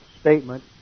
statement